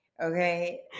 Okay